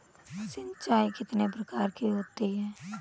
सिंचाई कितनी प्रकार की होती हैं?